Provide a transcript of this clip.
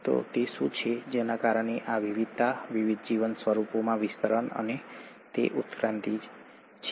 તો તે શું છે જેના કારણે આ વિવિધતા વિવિધ જીવન સ્વરૂપોમાં આ વિતરણ અને તે ઉત્ક્રાંતિ છે